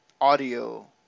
audio